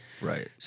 right